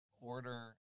order